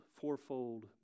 fourfold